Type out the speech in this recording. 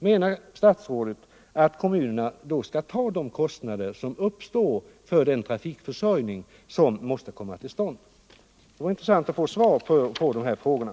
Menar statsrådet att kommunerna skall bestrida de kostnader som uppstår för den trafik som måste komma till stånd? Det vore intressant att få svar på de här frågorna.